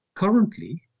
Currently